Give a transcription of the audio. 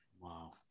Wow